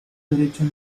derechos